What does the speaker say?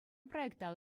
проекта